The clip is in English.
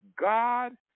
God